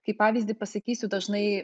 kaip pavyzdį pasakysiu dažnai